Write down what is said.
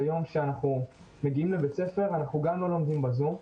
ביום שאנחנו מגיעים לבית הספר אנחנו גם לא לומדים בזום,